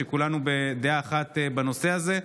שכולנו בדעה אחת בנושא הזה.